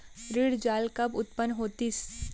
ऋण जाल कब उत्पन्न होतिस?